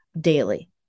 daily